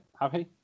happy